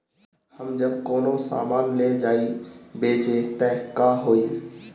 जब हम कौनो सामान ले जाई बेचे त का होही?